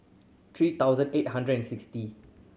three thousand eight hundred and sixty